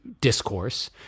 discourse